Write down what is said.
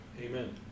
Amen